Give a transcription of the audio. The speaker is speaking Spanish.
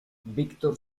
víctor